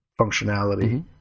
functionality